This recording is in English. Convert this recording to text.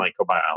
microbiology